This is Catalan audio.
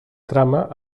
trama